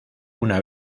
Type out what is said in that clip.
una